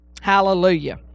hallelujah